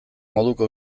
moduko